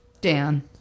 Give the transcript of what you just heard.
dan